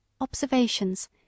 Observations